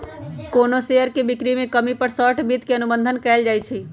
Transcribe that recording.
कोनो शेयर के बिक्री में कमी पर शॉर्ट वित्त के अनुबंध कएल जाई छई